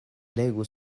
legu